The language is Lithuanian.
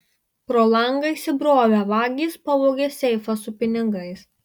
pro langą įsibrovę vagys pavogė seifą su pinigais